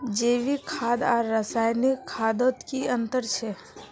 जैविक खाद आर रासायनिक खादोत की अंतर छे?